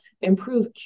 improve